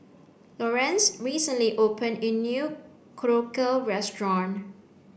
Lorenz recently open a new Korokke restaurant